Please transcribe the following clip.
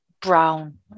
brown